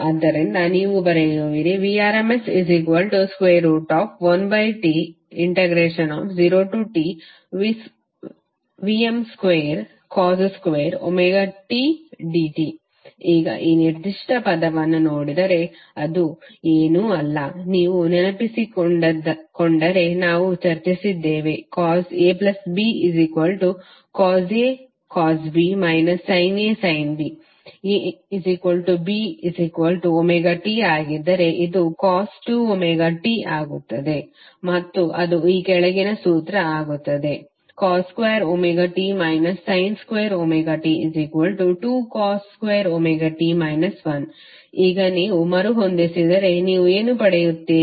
ಆದ್ದರಿಂದ ನೀವು ಬರೆಯುವಿರಿ Vrms1T0TVm2cos2tdt ಈಗ ಈ ನಿರ್ದಿಷ್ಟ ಪದವನ್ನು ನೋಡಿದರೆ ಇದು ಏನೂ ಅಲ್ಲ ನೀವು ನೆನಪಿಸಿಕೊಂಡರೆ ನಾವು ಚರ್ಚಿಸಿದ್ದೇವೆ cosABcosAcosB sinAsinB ABt ಆಗಿದ್ದರೆ ಇದು cos2t ಆಗುತ್ತದೆ ಮತ್ತು ಅದು ಈ ಕೆಳಗಿನ ಸೂತ್ರ ಆಗುತ್ತದೆ cos2t sin2t2cos2t 1 ಈಗ ನೀವು ಮರುಹೊಂದಿಸಿದರೆ ನೀವು ಏನು ಪಡೆಯುತ್ತೀರಿ